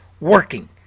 working